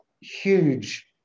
huge